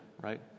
right